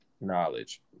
knowledge